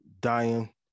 dying